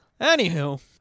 Anywho